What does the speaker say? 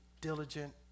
diligent